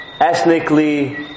ethnically